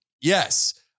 yes